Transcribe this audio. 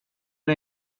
det